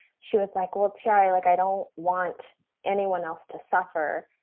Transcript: she was like, well, tiare, like i don't want anyone else to suffer,